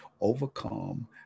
overcome